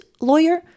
lawyer